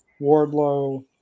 Wardlow